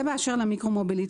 זה באשר למיקרו מוביליטי.